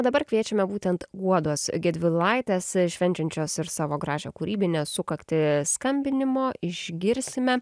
o dabar kviečiame būtent guodos gedvilaitės švenčiančios ir savo gražią kūrybinę sukaktį skambinimo išgirsime